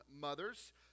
mothers